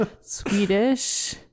Swedish